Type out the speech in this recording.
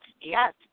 yes